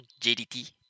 JDT